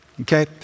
okay